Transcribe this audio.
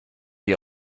die